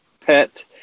pet